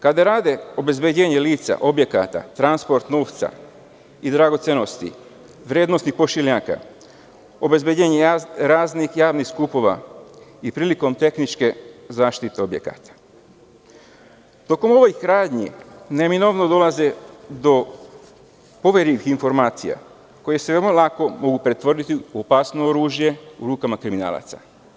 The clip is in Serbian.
Kada rade obezbeđenje lica objekata, transport novca i dragocenosti, vrednosnih pošiljaka obezbeđenje raznih javnih skupova i prilikom tehničkie zaštite objekata, tokom ovih radnji neminovno dolaze do poverljivih informacija koje se veoma lako mogu pretvoriti u opsano oružje u rukama kriminalaca.